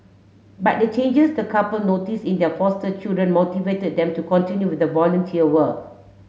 but the changes the couple notice in their foster children motivated them to continue with volunteer work